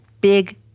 big